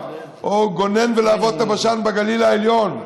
או גונן ולהבות הבשן בגליל העליון,